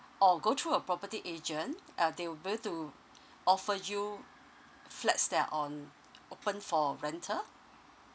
or go through a property agent uh they will be able to offer you flats that are on open for rental